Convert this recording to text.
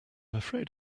afraid